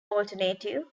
alternative